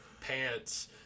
pants